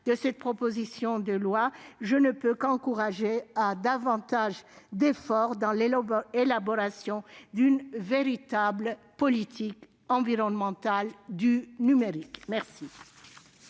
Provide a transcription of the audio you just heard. de cette proposition de loi, je ne peux qu'encourager à davantage d'efforts dans l'élaboration d'une véritable politique environnementale du numérique. La